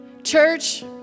Church